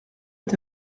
est